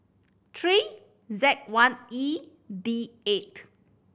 three Z one E D eight